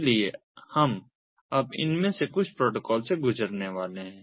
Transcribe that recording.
इसलिए हम अब इनमें से कुछ प्रोटोकॉल से गुजरने वाले हैं